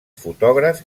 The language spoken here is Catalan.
fotògraf